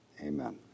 amen